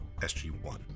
SG-1